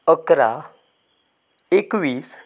अकरा एकवीस